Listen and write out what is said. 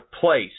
place